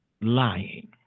lying